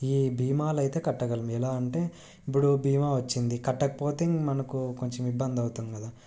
ఈ భీమాలైతే కట్టగలము ఎలా అంటే ఇప్పుడు భీమా వచ్చింది కట్టకపోతే మనకు కొంచెం ఇబ్బంది అవుతుంది కదా